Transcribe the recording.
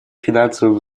финансовым